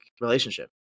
relationship